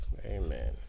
Amen